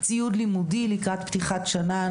ציוד לימודי לקראת פתיחת שנה.